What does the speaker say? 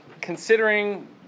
considering